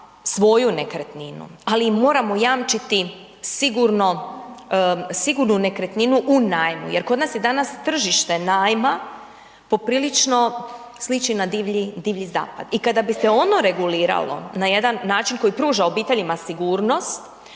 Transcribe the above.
svoju nekretninu ali moramo jamčiti sigurnu nekretninu u najmu. Jer kod nas je danas tržište najma poprilično sliči na Divlji Zapad. I kada bi se ono reguliralo na jedan način koji pruža obiteljima sigurnost,